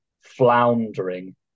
floundering